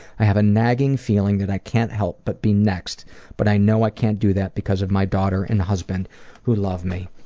i have a nagging feeling that i can't help but be next but i know i can't do that because of my daughter and husband who love me.